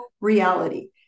reality